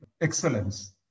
Excellence